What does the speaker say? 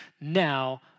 now